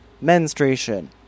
menstruation